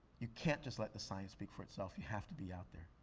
you can't just let the science speak for itself, you have to be out there.